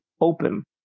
open